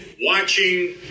watching